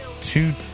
two